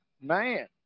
Man